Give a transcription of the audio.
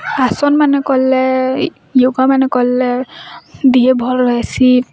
ଆସନ୍ମାନେ କଲେ ୟୋଗା ମାନେ କଲେ ଦିହେ ଭଲ୍ ରହେସି